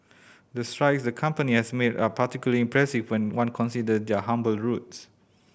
the strides the company has made are particularly impressive when one consider their humble roots